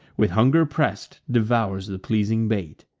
with hunger press'd, devours the pleasing bait.